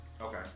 Okay